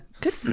Good